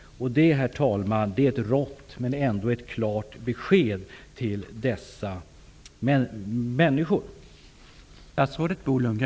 Det är, herr talman, ett rått men klart besked till dessa människor.